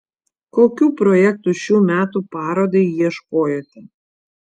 kokių projektų šių metų parodai ieškojote